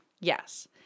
Yes